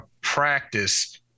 practice